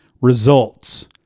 Results